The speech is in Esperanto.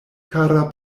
kara